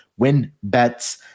WinBets